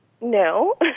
No